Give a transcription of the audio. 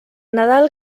nadal